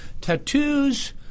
Tattoos